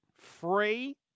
Free